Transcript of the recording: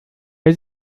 wer